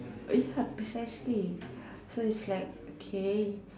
very hard precisely so is like okay